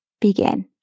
begin